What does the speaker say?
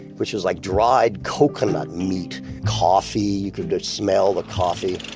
which is like dried coconut meat. coffee, you can just smell the coffee.